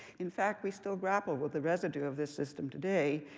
in fact, we still grapple with the residue of this system today,